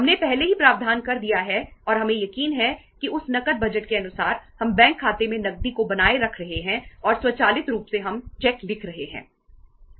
हमने पहले ही प्रावधान कर दिया है और हमें यकीन है कि उस नकद बजट के अनुसार हम बैंक खाते में नकदी को बनाए रख रहे हैं और स्वचालित रूप से हम चेक लिख रहे हैं